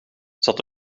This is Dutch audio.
zat